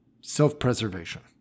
Self-preservation